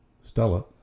Stella